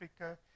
Africa